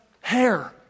hair